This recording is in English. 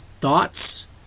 thoughts